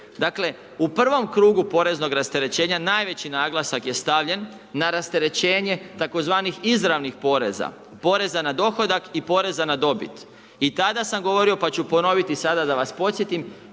Dakle u prvom krugu poreznog rasterećenja najveći naglasak je stavljen na rasterećenje tzv. izravnih poreza, poreza na dohodak i poreza na dobit. I tada sam govorio pa ću ponoviti sada da vas podsjetim